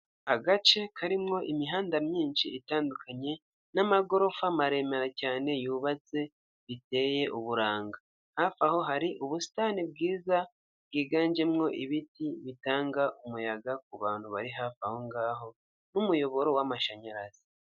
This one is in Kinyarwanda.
Agace karimo imihanda myinshi itandukanye n'amagorofa maremare cyane yubatse biteye uburanga. Hafi aho hari ubusitani bwiza bwiganjemo ibiti bitanga umuyaga kubantu bari hafi aho ngaho, n'umuyoboro w'amashanyarazi.